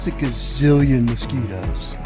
ah gazillion mosquitoes